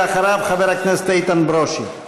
ואחריו, חבר הכנסת איתן ברושי.